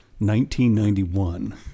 1991